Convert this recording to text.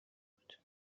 بود